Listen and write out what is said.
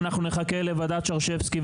אנחנו נחכה לוועדת שרשבסקי,